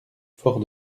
fort